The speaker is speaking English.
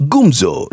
Gumzo